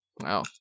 Wow